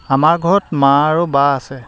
আমাৰ ঘৰত মা আৰু বা আছে